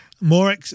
more